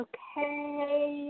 Okay